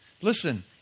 Listen